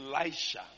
Elisha